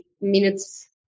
minutes